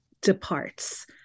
departs